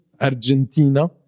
Argentina